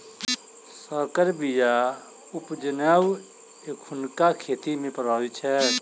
सँकर बीया उपजेनाइ एखुनका खेती मे प्रभावी छै